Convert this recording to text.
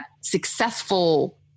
successful